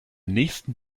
nächsten